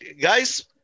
guys